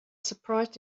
surprised